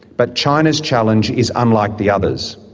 but china's challenge is unlike the others.